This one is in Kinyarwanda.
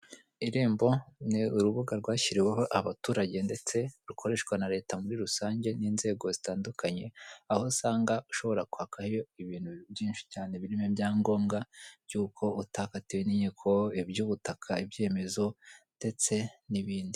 Irembo ni urubuga rwashyiriweho abaturage ndetse rukoreshwa na leta muri rusange n'inzego zitandukanye, aho usanga ushobora kwakayo ibintu byinshi cyane birimo ibyangombwa by'uko utakatiwe n'inkiko, iby'ubutaka, ibyemezo ndetse n'ibindi.